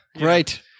Right